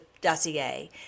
dossier